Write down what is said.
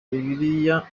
bibiliya